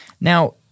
Now